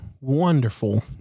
wonderful